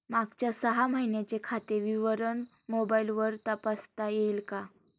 मागच्या सहा महिन्यांचे खाते विवरण मोबाइलवर तपासता येईल का?